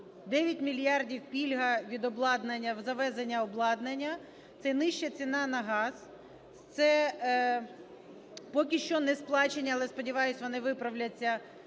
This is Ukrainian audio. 9 мільярдів пільга від обладнання, завезення обладнання, це нижча ціна на газ, це поки що несплачення, але, сподіваюся, вони виправляться,